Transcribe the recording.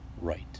right